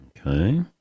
Okay